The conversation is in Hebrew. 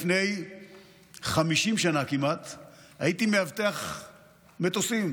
לפני כמעט 50 שנה הייתי מאבטח מטוסים,